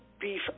beef